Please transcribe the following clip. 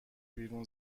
بیرون